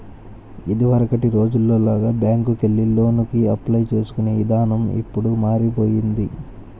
ఇదివరకటి రోజుల్లో లాగా బ్యేంకుకెళ్లి లోనుకి అప్లై చేసుకునే ఇదానం ఇప్పుడు మారిపొయ్యింది